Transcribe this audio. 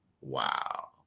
wow